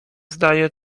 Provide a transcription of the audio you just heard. zdaje